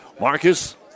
Marcus